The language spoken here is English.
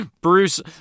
Bruce